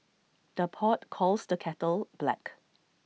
the pot calls the kettle black